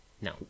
No